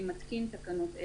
אני מתקין תקנות אלה: